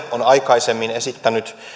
on aikaisemmin esittänyt